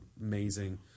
amazing